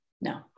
no